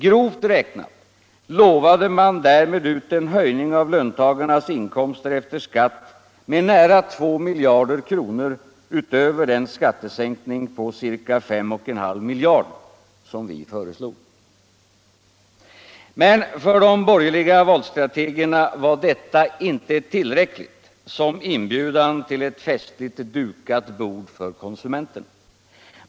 Grovt räknat utlovade man därmed en höjning av löntagarnas inkomster efter skatt med nära 2 miljarder kronor utöver den skattesänkning på ca 5,5 miljarder som vi föreslog. Men för de borgerliga valstrategerna var detta inte tillräckligt som inbjudan till ett festligt dukat bord för konsumenterna.